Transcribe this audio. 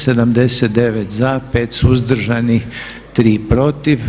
79 za, 5 suzdržanih, 3 protiv.